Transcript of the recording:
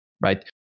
right